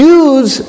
use